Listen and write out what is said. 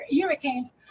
hurricanes